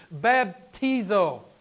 Baptizo